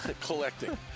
collecting